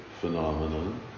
phenomenon